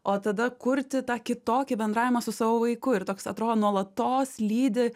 o tada kurti tą kitokį bendravimą su savo vaiku ir toks atrodo nuolatos lydi